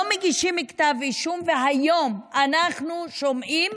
לא מגישים כתב אישום, והיום אנחנו שומעים